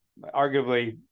arguably